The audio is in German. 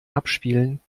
abspielen